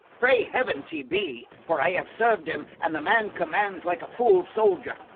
pray heavens he be for i have serv'd him, and the man commands like a full soldier.